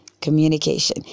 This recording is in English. communication